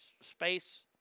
space